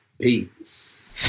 Peace